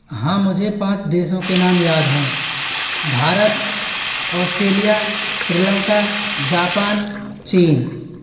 हाँ मुझे पाँच देशों के नाम याद हैं भारत ऑस्ट्रेलिया श्रीलंका जापान चीन